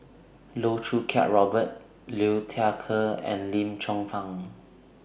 Loh Choo Kiat Robert Liu Thai Ker and Lim Chong Pang